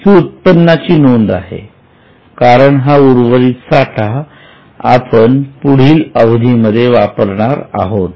ही उत्पन्नाची नोंद आहे कारण हा उर्वरित साठा आपण पुढील अवधीमध्ये वापरणार आहोत